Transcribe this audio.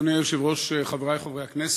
אדוני היושב-ראש, חברי חברי הכנסת,